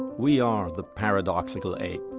we are the paradoxical ape.